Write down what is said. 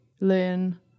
learn